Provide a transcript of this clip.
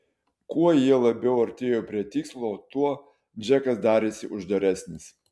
kuo jie labiau artėjo prie tikslo tuo džekas darėsi uždaresnis